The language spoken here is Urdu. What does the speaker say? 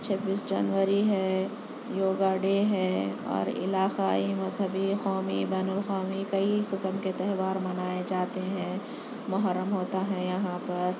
چھبیس جنوری ہے یوگا ڈے ہے اور علاقائی مذہبی قومی بین الاقوامی کئی قسم کے تہوار منائے جاتے ہیں محرم ہوتا ہے یہاں پر